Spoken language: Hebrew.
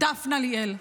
דפנה ליאל.